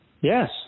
Yes